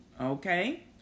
okay